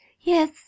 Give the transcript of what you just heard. yes